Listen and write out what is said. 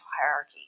hierarchy